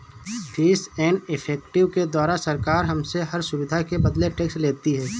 fees and effective के द्वारा सरकार हमसे हर सुविधा के बदले टैक्स लेती है